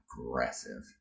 Aggressive